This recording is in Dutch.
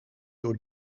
door